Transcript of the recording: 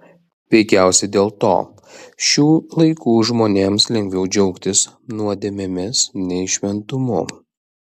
veikiausiai dėl to šių laikų žmonėms lengviau džiaugtis nuodėmėmis nei šventumu